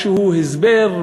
באיזה הסבר,